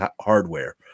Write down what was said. hardware